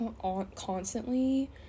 constantly